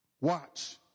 Watch